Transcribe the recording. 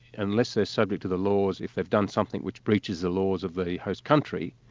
unless they're subject to the laws if they've done something which breaches the laws of the host country,